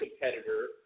competitor